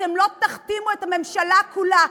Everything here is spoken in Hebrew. אתם לא תכתימו את הממשלה כולה.